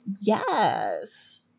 Yes